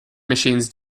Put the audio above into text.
machines